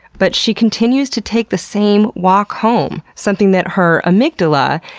but she continues to take the same walk home. something that her amygdala,